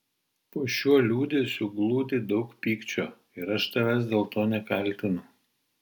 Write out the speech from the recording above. po šiuo liūdesiu glūdi daug pykčio ir aš tavęs dėl to nekaltinu